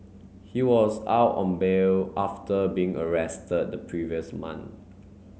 he was out on bail after being arrested the previous month